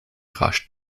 rasch